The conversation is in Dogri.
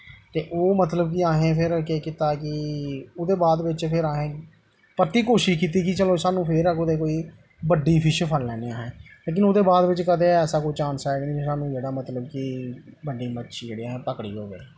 ते ओह् मतलब कि असें फिर केह् कीता कि ओह्दे बाद बिच्च फिर असें परतियै कोशश कीती कि चलो सानूं कोई बड्डी फिश फड़ी लैनी असें लेकिन ओह्दे बाद कदें ऐसा कोई चांस आया गै निं कि सानूं जेह्ड़ा मतलब कि बड्डी मच्छी जेह्ड़ी असें पकड़ी होऐ